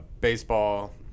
baseball